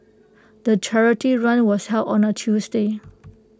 the charity run was held on A Tuesday